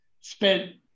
spent